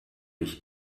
ich